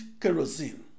kerosene